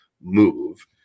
move